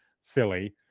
silly